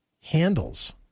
handles